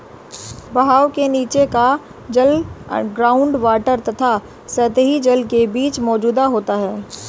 बहाव के नीचे का जल ग्राउंड वॉटर तथा सतही जल के बीच मौजूद होता है